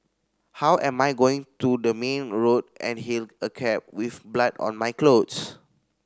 how am I going to the main road and hail a cab with blood on my clothes